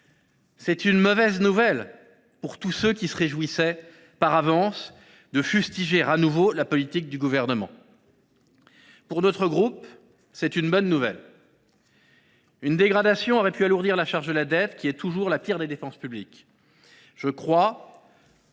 C’est une mauvaise nouvelle pour ceux qui se réjouissaient par avance à l’idée de fustiger de nouveau la politique du Gouvernement. Pour notre groupe, c’est une bonne nouvelle : une dégradation aurait pu alourdir la charge de la dette, qui est toujours la pire des dépenses publiques.